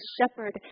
shepherd